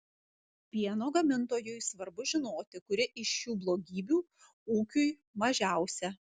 pieno gamintojui svarbu žinoti kuri iš šių blogybių ūkiui mažiausia